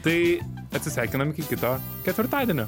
tai atsisveikiname iki kito ketvirtadienio